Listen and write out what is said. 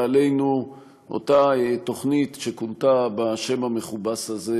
עלינו אותה תוכנית שכונתה בשם המכובס הזה